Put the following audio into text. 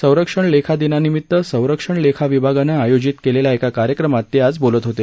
संरक्षण लेखा दिनानिमित्त संरक्षण लेखा विभागानं आयोजित केलेल्या एका कार्यक्रमात ते आज बोलत होते